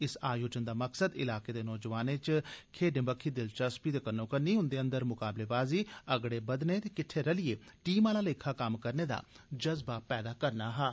इस आयोजन दा मकसद इलाके दे नोजवानें च खेड्डें बक्खी दिलचस्पी दे कन्नोकन्नी उंदे अंदर मकाबलेबाजी अगड़े बधने ते किट्ठे मिलियै इक टीम आला लेखा कम्म करने दा जज्बा पैदा करना हा